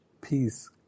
peace